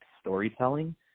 storytelling